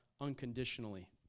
unconditionally